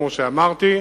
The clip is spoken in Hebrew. כמו שאמרתי.